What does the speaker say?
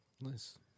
Nice